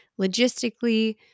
logistically